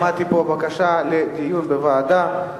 שמעתי פה בקשה לדיון בוועדה,